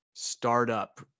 startup